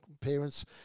parents